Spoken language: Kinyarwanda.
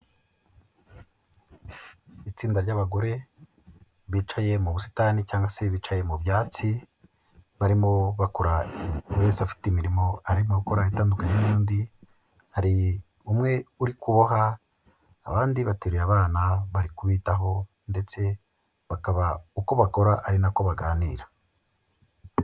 Itsinda ry'abagore bicaye mu busitani cyangwa se bicaye mu byatsi barimo bakora buri wese afite imirimo ari mu gukora itandukanye n'iy'undi, hari umwe uri kuboha abandi bateruye abana bari kubitaho ndetse bakaba uko bakora ari nako baganira.